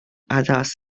addas